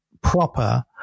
proper